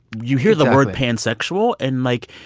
you hear the word pansexual, and, like,